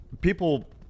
people